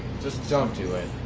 just don't do it.